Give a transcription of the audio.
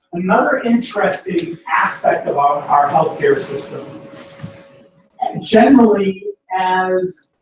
another interesting aspect about our healthcare system and generally as.